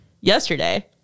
Yesterday